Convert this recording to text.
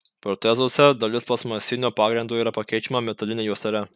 protezuose dalis plastmasinio pagrindo yra pakeičiama metaline juostele